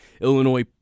Illinois